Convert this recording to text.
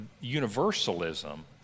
universalism